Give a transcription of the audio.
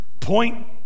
point